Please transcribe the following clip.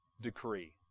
decree